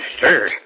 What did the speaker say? sir